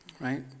right